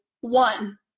One